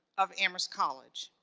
of amherst college.